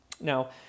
now